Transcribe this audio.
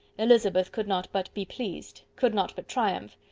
elizabeth could not but be pleased, could not but triumph.